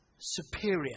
superior